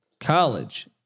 college